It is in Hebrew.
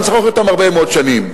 אני משוחח אתם הרבה מאוד שנים.